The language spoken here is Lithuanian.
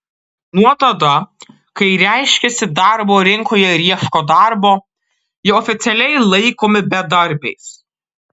nuo tada kai reiškiasi darbo rinkoje ir ieško darbo jie oficialiai laikomi bedarbiais